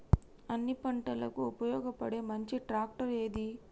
అన్ని పంటలకు ఉపయోగపడే మంచి ట్రాక్టర్ ఏది?